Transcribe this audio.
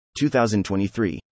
2023